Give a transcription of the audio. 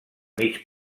mig